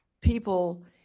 people